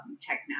technology